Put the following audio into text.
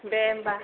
दे होनबा